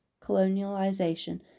colonialization